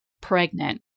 pregnant